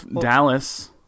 Dallas